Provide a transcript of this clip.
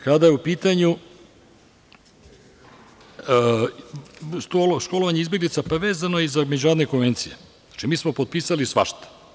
Kada je u pitanju školovanje izbeglica, pa vezano i za međunarodne konvencije, znači, mi smo potpisali svašta.